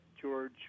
George